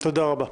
תודה רבה.